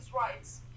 rights